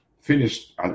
finished